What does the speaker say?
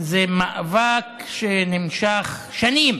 זה מאבק שנמשך שנים